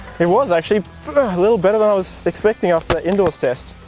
it was actually a little better than i was expecting after the indoors test.